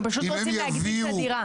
הם פשוט רוצים להגדיל את הדירה.